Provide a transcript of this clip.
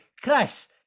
Chris